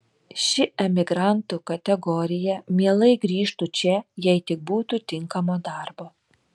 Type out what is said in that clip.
ši emigrantų kategorija mielai grįžtu čia jei tik būtų tinkamo darbo